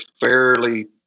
fairly